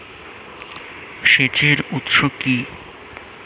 সেচের উৎস কি?